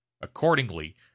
Accordingly